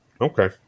Okay